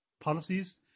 policies